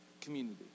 community